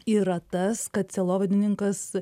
yra tas kad sielovadininkas